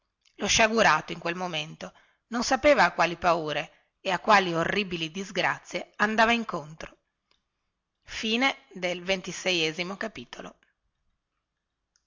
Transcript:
lo sciagurato in quel momento non sapeva a quali paure e a quali orribili disgrazie andava incontro